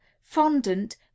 fondant